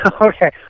Okay